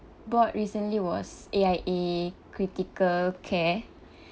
bought recently was A_I_A critical care